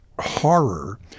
horror